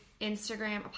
Instagram